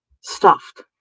stuffed